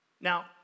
Now